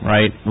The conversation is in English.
Right